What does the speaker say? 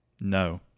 no